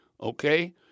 Okay